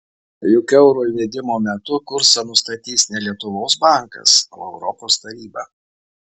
juk euro įvedimo metu kursą nustatys ne lietuvos bankas o europos taryba